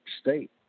state